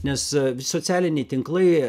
nes socialiniai tinklai